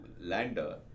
lander